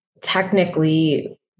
technically